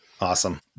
Awesome